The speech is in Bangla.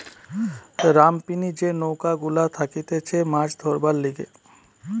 রামপিনি যে নৌকা গুলা থাকতিছে মাছ ধরবার লিগে